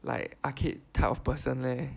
like arcade type of person leh